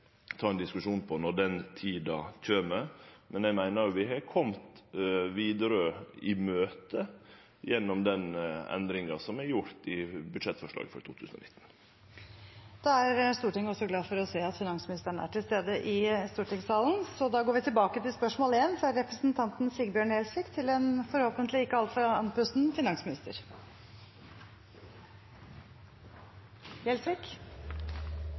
har kome Widerøe i møte gjennom den endringa som er gjort i budsjettforslaget for 2019. Stortinget er glad for å se at finansministeren er til stede i stortingssalen. Da går vi tilbake til spørsmål 1, fra representanten Sigbjørn Gjelsvik til en forhåpentlig ikke